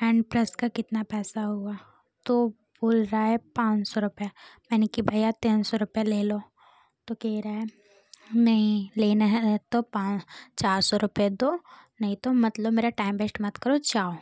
hand purse का कितना पैसा हुआ तो बोल रहा है पाँच सौ रुपया मैंने कि भैया तीन सौ रुपये ले लो तो कह रहा है नहीं लेना है तो पान चार सौ रुपये दो नहीं तो मत लो मेरा टाइम वेस्ट मत करो जाओ